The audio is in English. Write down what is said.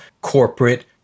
corporate